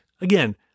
Again